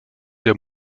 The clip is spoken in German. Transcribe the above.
der